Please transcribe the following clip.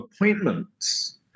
appointments